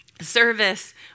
Service